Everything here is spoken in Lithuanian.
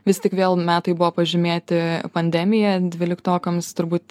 vis tik vėl metai buvo pažymėti pandemija dvyliktokams turbūt